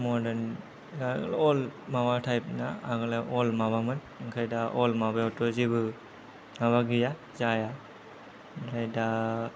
मर्डान दा अल्ड माबा टाइपना आगोलहाय अल माबामोन आमफ्राय दा अल्ड माबायावथ' जेबो माबागैया जाया ओमफायदा